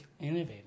innovative